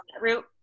route